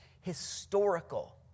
historical